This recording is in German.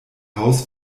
haus